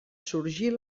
sorgir